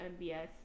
MBS